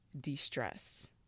de-stress